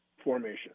formation